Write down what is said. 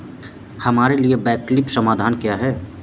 हमारे लिए वैकल्पिक समाधान क्या है?